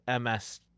MS